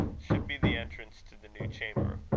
should be the entrance to the new chamber.